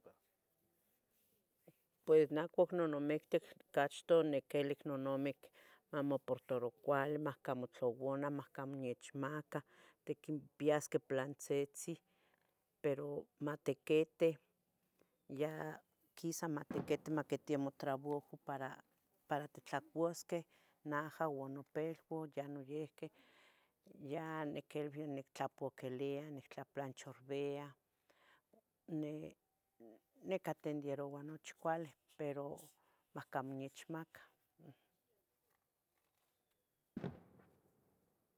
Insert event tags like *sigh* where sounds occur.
Pue neh ihcuac nonamictic, ocachtoh oniquilbi nonamic, mamoportaro cuali, mahcamo matlauana, mahcamo maniechmacah, tiquinpiasqueh pilantzitzih pero matiquiteh, ya quisa *noise* matiquiti maquitemo trabajo para, para titlacuasqueh, naha ua nopilua, yeh noyihqui, ya niquilbia, nictlapuaquilia, nictlaplancharbia, ni, nicatenderoua nochi cuali, pero mahcamo nechmacah. *noise*